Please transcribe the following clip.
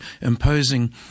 imposing